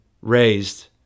raised